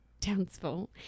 Townsville